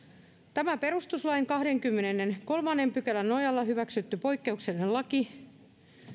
tämä perustuslain kahdennenkymmenennenkolmannen pykälän nojalla hyväksytty poikkeuksellinen laki